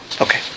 Okay